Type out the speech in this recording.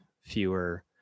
fewer